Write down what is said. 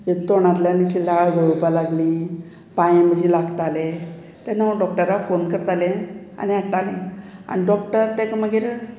हे तोंडातल्यान अशी लाळ घडोवपाक लागली पांय अशी लागताले तेन्ना हांव डॉक्टराक फोन करतालें आनी हाडटाली आनी डॉक्टर ताका मागीर